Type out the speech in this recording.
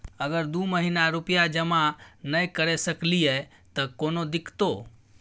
अगर दू महीना रुपिया जमा नय करे सकलियै त कोनो दिक्कतों?